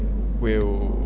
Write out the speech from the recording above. will